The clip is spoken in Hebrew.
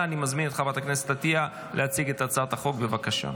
אני קובע כי הצעת חוק הביטוח הלאומי (תיקון